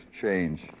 change